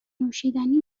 نوشیدنی